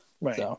Right